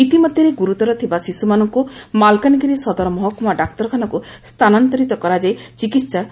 ଇତିମଧ୍ଧରେ ଗୁରୁତର ଥିବା ଶିଶୁମାନଙ୍କୁ ମାଲକାନଗିରି ସଦର ମହକୁମା ଡାକ୍ତରଖାନାକୁ ସ୍ଥାନାନ୍ତରିତ କରାଯାଇ ଚିକିିିା କରାଯାଇଛି